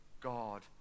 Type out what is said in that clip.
God